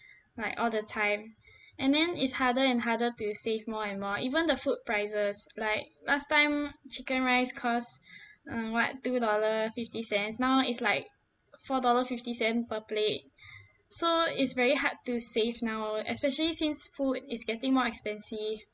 like all the time and then it's harder and harder to save more and more even the food prices like last time chicken rice costs uh what two dollar fifty cents now it's like four dollar fifty cent per plate so it's very hard to save now especially since food is getting more expensive